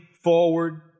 forward